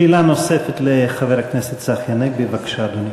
שאלה נוספת לחבר הכנסת צחי הנגבי, בבקשה, אדוני.